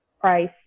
price